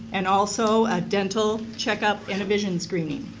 and also a dental check up and a vision screening.